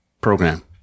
program